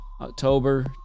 October